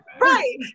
Right